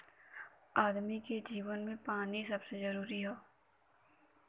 आदमी के जीवन मे पानी सबसे जरूरी हौ